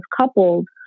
coupled